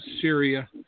Syria